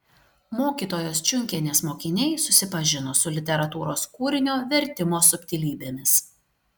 mokytojos čiunkienės mokiniai susipažino su literatūros kūrinio vertimo subtilybėmis